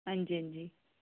आं जी आं जी